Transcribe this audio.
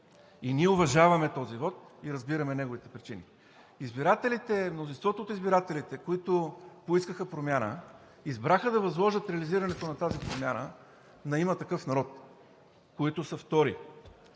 И ние уважаваме този вот и разбираме неговите причини. Мнозинството от избирателите, които поискаха промяна, избраха да възложат реализирането на тази промяна на „Има такъв народ“, които са втори.